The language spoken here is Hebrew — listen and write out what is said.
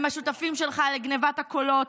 הם השותפים שלך לגנבת הקולות,